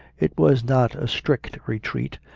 it was not a strict retreat,